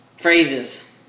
phrases